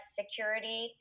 security